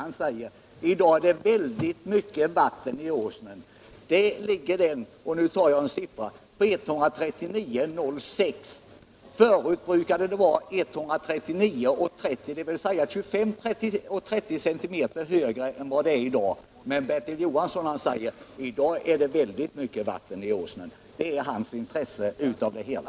Han säger att det i dag är väldigt mycket vatten i Åsnen. Nivån ligger nu på 139,06 m. Annars brukar den vara 139,30 m, dvs. ca 25 cm högre. Men Bertil Johansson säger att i dag är det väldigt mycket vatten i Åsnen. Det är hans uppfattning om det hela.